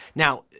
now,